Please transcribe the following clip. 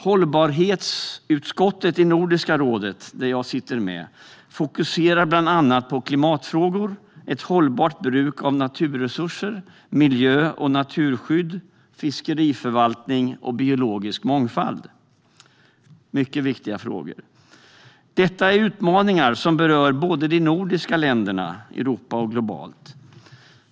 Hållbarhetsutskottet i Nordiska rådet, där jag sitter, fokuserar bland annat på klimatfrågor, ett hållbart bruk av naturresurser, miljö och naturskydd, fiskeriförvaltning och biologisk mångfald - mycket viktiga frågor. Detta är utmaningar som berör länder såväl i Norden som i Europa och globalt.